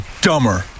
dumber